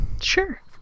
sure